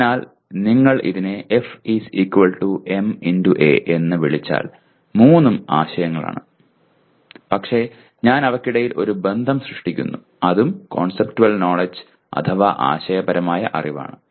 അതിനാൽ നിങ്ങൾ ഇതിനെ F ma എന്ന് വിളിച്ചാൽ മൂന്നും ആശയങ്ങളാണ് പക്ഷേ ഞാൻ അവയ്ക്കിടയിൽ ഒരു ബന്ധം സൃഷ്ടിക്കുന്നു അതും കോൺസെപ്റ്റുവൽ നോലെഡ്ജ് അഥവാ ആശയപരമായ അറിവാണ്